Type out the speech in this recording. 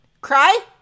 cry